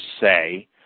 say